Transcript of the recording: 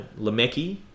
Lamecki